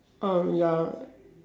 um ya